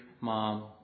mom